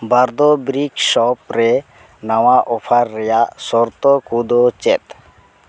ᱵᱟᱨᱫᱚ brick shop ᱨᱮ ᱱᱟᱣᱟ offer ᱨᱮᱭᱟᱜ ᱥᱚᱨᱛᱚ ᱠᱚᱫᱚ ᱪᱮᱫ